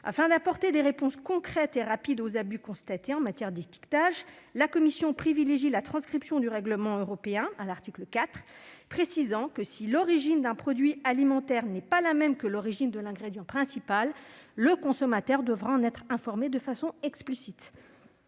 Afin d'apporter des réponses concrètes et rapides aux abus constatés en matière d'étiquetage, la commission privilégie la transcription du règlement européen à l'article 4, précisant que, si l'origine d'un produit alimentaire n'est pas la même que l'origine de son ingrédient principal, le consommateur devra en être informé de façon explicite.